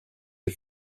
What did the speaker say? des